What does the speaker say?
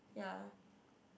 ya